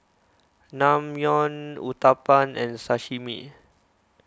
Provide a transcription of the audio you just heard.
Naengmyeon Uthapam and Sashimi